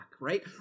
right